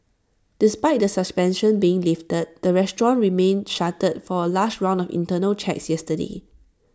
despite the suspension being lifted the restaurant remained shuttered for A last round of internal checks yesterday